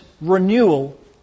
renewal